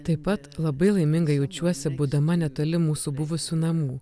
taip pat labai laiminga jaučiuosi būdama netoli mūsų buvusių namų